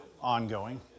ongoing